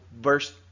verse